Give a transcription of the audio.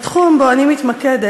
בתחום שבו אני מתמקדת,